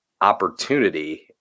opportunity